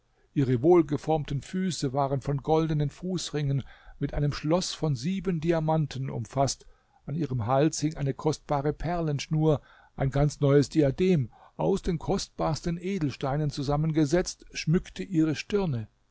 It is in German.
ihre wohlgeformten füße waren von goldenen fußringen mit einem schloß von sieben diamanten umfaßt an ihrem hals hing eine kostbare perlenschnur ein ganz neues diadem aus den kostbarsten edelsteinen zusammengesetzt schmückte ihre stirne